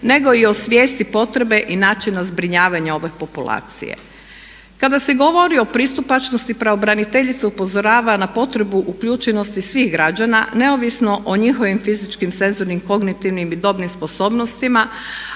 nego i o svijesti potrebe i načina zbrinjavanja ove populacije. Kada se govori o pristupačnosti pravobraniteljica upozorava na potrebu uključenosti svih građana neovisno o njihovim fizičkim, senzornim, kognitivnim i dobnim sposobnostima